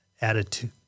attitude